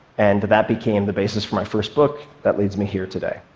and that became the basis for my first book, that leads me here today.